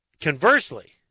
conversely